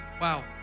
wow